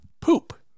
poop